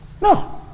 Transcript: No